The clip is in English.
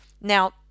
Now